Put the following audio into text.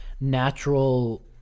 natural